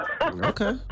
Okay